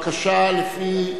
בבקשה.